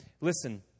Listen